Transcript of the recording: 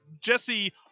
jesse